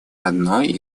одной